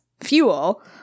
fuel